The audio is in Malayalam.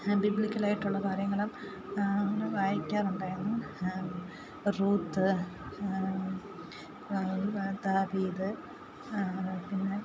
ബിബ്ലിക്കലായിട്ടുള്ള കാര്യങ്ങളും അങ്ങനെ വായിക്കാറുണ്ടായിരുന്നു റൂത്ത് ആ താഹീദ് പിന്നെ